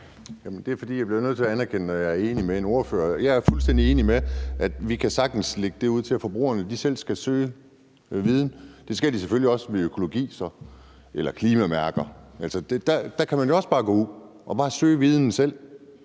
Andersen (NB): Jeg bliver nødt til at anerkende, når jeg er enig med en ordfører, og jeg er fuldstændig enig i, at vi sagtens kan lægge det ud til forbrugerne, så de selv skal søge viden. Det skal de selvfølgelig også i forhold til klimamærker. Der kan man jo også bare gå ud og søge viden selv.